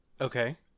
okay